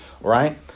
right